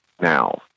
now